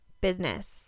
business